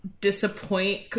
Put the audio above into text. disappoint